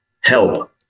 help